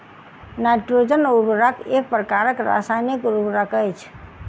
nitrogen उर्वरक एक प्रकारक रासायनिक उर्वरक अछि